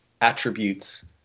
attributes